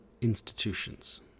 institutions